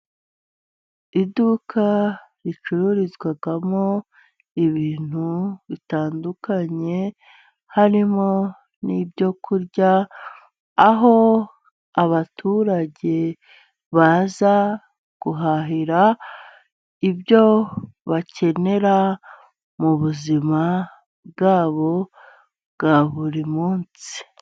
Iduka ricururizwamo ibintu bitandukanye, harimo n'ibyo kurya. Aho abaturage baza guhahira ibyo bakenera, mubuzima bwabo bwa buri munsi.